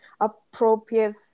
appropriate